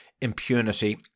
impunity